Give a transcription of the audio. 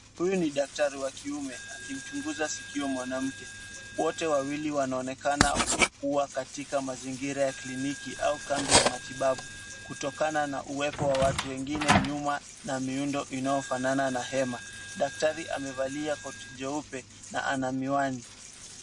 Huyu ni daktari wa kiume akimchunguza sikio mwanamke. Wote wawili wanaonekana kuwa katika mazingira ya kliniki au kambi ya matibabu, kutokana na uwepo wa watu wengine nyuma na miundo inayofanana na hema. Daktari amevalia koti jeupe na ana miwani.